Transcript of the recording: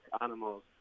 Animals